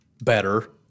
better